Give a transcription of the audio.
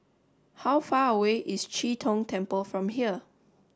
how far away is Chee Tong Temple from here